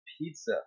pizza